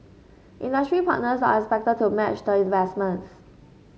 industry partners are expected to match the investments